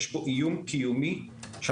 יש פה איום קיומי ממשי לרשת שלנו